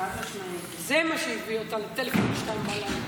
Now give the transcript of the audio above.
זה מה שהביא אותה לטלפון ב-2:00.